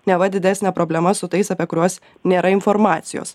neva didesnė problema su tais apie kuriuos nėra informacijos